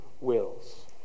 wills